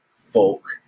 folk